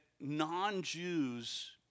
non-Jews